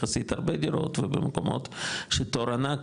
יחסית הרבה דירות ובמקומות שהתור ענק,